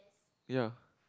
ya